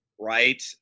right